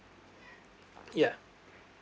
ya